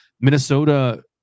Minnesota